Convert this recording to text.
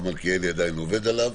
עובדים עליו.